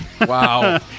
Wow